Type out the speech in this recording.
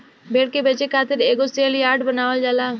भेड़ के बेचे खातिर एगो सेल यार्ड बनावल जाला